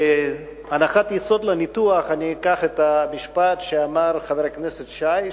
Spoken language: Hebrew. כהנחת יסוד לניתוח אני אקח את המשפט שאמר חבר הכנסת שי,